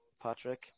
Patrick